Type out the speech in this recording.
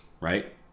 right